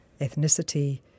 ethnicity